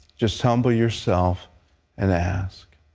just humble yourself and ask.